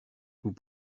vous